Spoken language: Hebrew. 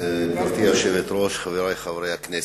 גברתי היושבת-ראש, חברי חברי הכנסת,